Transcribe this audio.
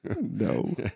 No